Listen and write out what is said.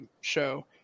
show